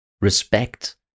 respect